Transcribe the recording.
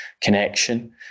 connection